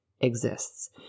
exists